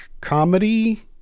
comedy